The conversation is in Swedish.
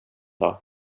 dag